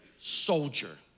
soldier